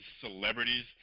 celebrities